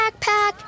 backpack